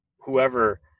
whoever